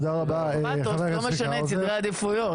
פאתוס לא משנה סדרי עדיפויות.